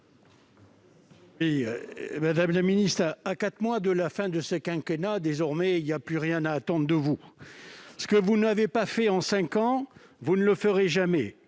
Madame la ministre, à quatre mois de la fin de ce quinquennat, il n'y a plus rien à attendre de votre gouvernement. Ce que vous n'avez pas fait en cinq ans, vous ne le ferez jamais,